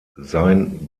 sein